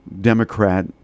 Democrat